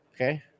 Okay